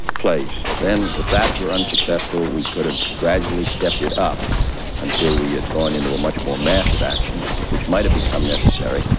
place. then if that were unsuccessful, we could've gradually stepped it up until we had gone into a much more massive action which might've become necessary,